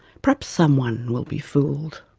perhaps someone will be fooledand